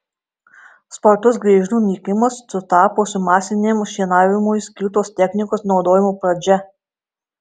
spartus griežlių nykimas sutapo su masiniam šienavimui skirtos technikos naudojimo pradžia